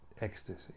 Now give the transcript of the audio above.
ecstasy